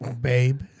Babe